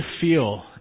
feel